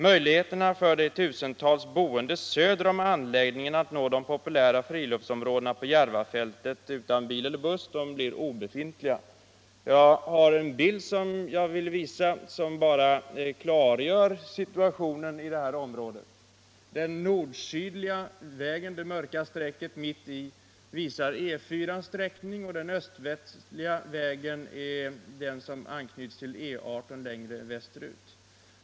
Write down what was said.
Möjligheterna för de tusentals boende söder om anläggningen att nå de populära friluftsområdena på Järvafältet utan bil eller buss blir obefintliga. Den bild jag nu visar på TV-skärmen klargör situationen i detta område. Den nord-sydliga vägen — det mörka strecket mitt på bilden — är E 4. Den öst-västliga vägen är den som anknyts till E 18 längre västerut.